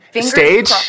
Stage